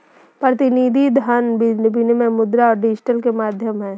प्रतिनिधि धन विनिमय मुद्रित और डिजिटल के माध्यम हइ